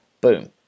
boom